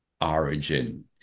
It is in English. origin